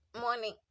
morning